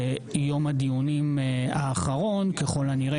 שיום הדיונים האחרון ככל הנראה